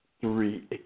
Three